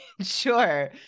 Sure